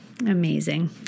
Amazing